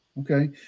Okay